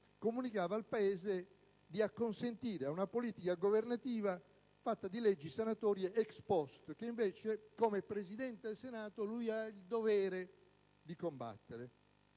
comunicava al Paese di acconsentire ad una politica governativa fatta di leggi, sanatorie *ex post* che, invece, come Presidente del Senato ha il dovere di combattere.